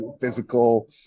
physical